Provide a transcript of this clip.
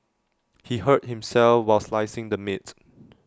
he hurt himself while slicing the meat